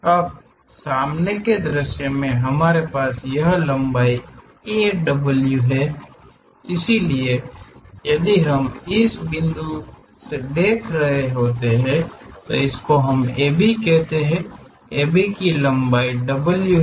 अब सामने के दृश्य में हमारे पास यह लंबाई A W है इसलिए यदि हम इस बिंदु से देख रहे हैं तो हम AB कहते हैं AB की लंबाई W है